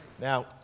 Now